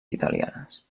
italianes